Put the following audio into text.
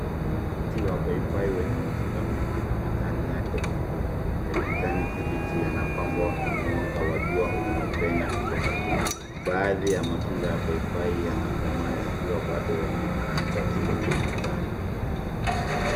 Mti wa paipai wenye matunda mengi na majani yake makubwa ya kijani kibichi yanapambwa na mwanga wa jua unaopenya kutoka juu. Baadhi ya matunda ya paipai yanakomaa yakiwa bado yamejificha chini ya majani.